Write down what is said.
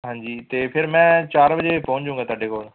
ਹਾਂਜੀ ਅਤੇ ਫਿਰ ਮੈਂ ਚਾਰ ਵਜੇ ਪਹੁੰਚ ਜੂੰਗਾ ਤੁਹਾਡੇ ਕੋਲ